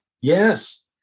Yes